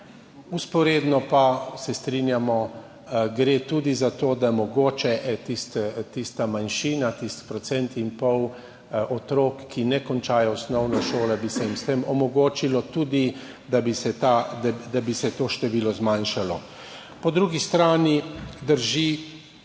Vzporedno pa, se strinjamo, gre tudi za to, da bi se mogoče tisti manjšini, tistemu procentu in pol otrok, ki ne končajo osnovne šole, s tem omogočilo, da bi se to število zmanjšalo. Po drugi strani drži,